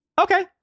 Okay